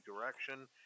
direction